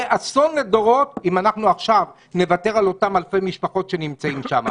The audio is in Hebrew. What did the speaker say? יהיה אסון לדורות אם אנחנו עכשיו נוותר על אותן אלפי משפחות שנמצאות שם.